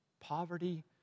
poverty